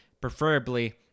preferably